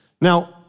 Now